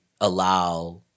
allow